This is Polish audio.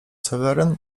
seweryn